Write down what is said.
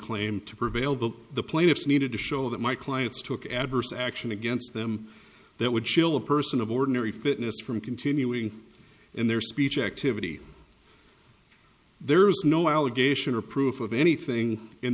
claim to prevail but the plaintiffs needed to show that my client's took adverse action against them that would chill a person of ordinary fitness from continuing in their speech activity there is no allegation or proof of anything in